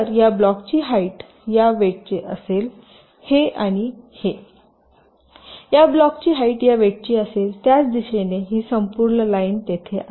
तर या ब्लॉकची हाईट या वेटचे असेल हे आणि हे या ब्लॉकची हाईट या वेटची असेल त्याच दिशेने ही संपूर्ण लाईन तेथे आहे